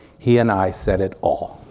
he and i said it all.